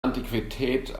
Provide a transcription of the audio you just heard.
antiquität